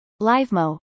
Livemo